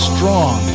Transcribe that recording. Strong